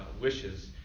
wishes